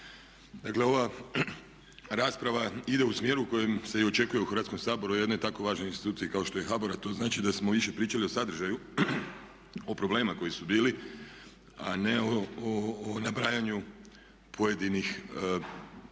Dakle ova rasprava ide u smjeru u kojem se i očekuje u Hrvatskom saboru o jednoj tako važnoj instituciji kao što je HBOR a to znači da smo više pričali o sadržaju, o problemima koji su bili a ne o nabrajanju pojedinih da